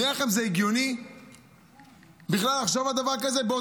נראה לכם שזה הגיוני בכלל לחשוב על דבר כזה?